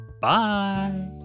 bye